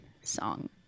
song